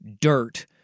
dirt